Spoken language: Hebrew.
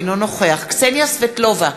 אינו נוכח קסניה סבטלובה,